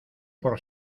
por